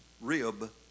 rib